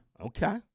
Okay